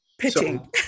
Pitching